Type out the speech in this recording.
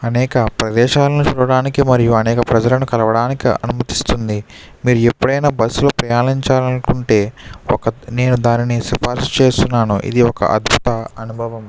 అనేక ప్రదేశాలను చూడటానికి మరియు అనేక ప్రజలను కలవడానికి అనుమతిస్తుంది మీరు ఎప్పుడైనా బస్సు లో ప్రయాణించాలనుకుంటే ఒక నేను దానిని సిపార్సు చేస్తున్నాను ఇది ఒక అద్భుత అనుభవం